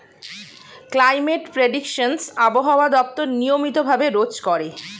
climate prediction আবহাওয়া দপ্তর নিয়মিত ভাবে রোজ করে